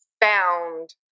found